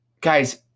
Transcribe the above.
Guys